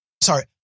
sorry